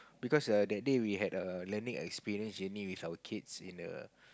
because err that day we had a learning experience journey with our kids in the